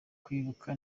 kwibuka